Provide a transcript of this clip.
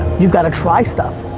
you gotta try stuff.